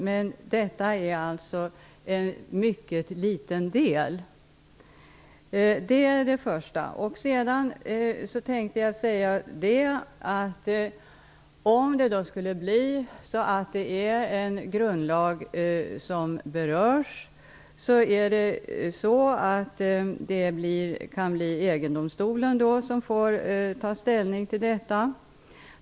Men detta är alltså en mycket liten del. Om det skulle bli så att en grundlag berörs, kan EG-domstolen få ta ställning till detta.